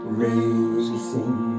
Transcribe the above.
racing